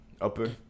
Upper